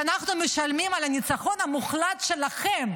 כשאנחנו משלמים על הניצחון המוחלט שלכם,